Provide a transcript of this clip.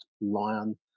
lion